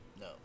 No